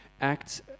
Acts